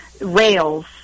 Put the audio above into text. Rails